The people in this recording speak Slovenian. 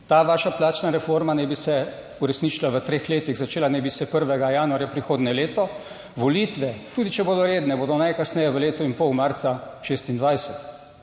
Ta vaša plačna reforma naj bi se uresničila v treh letih, začela naj bi se 1. januarja prihodnje leto. Volitve, tudi če bodo redne, bodo najkasneje v letu in pol marca 2026.